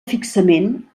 fixament